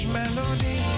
melody